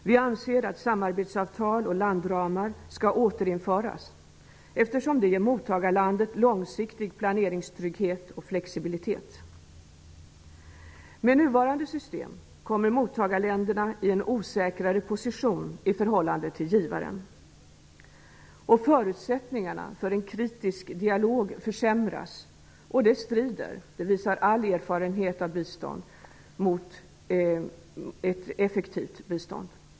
Vi anser att samarbetsavtal och landramar skall återinföras, eftersom det ger mottagarlandet en långsiktig planeringstrygghet och flexibilitet. Med nuvarande system kommer mottagarländerna i en osäkrare position i förhållande till givaren. Förutsättningarna för en kritisk dialog försämras, och det strider mot ett effektivt bistånd. Det visar all erfarenhet.